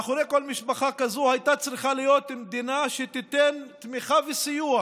מאחורי כל משפחה כזו הייתה צריכה להיות מדינה שתיתן תמיכה וסיוע,